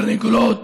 תרנגולות